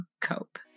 cope